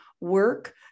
work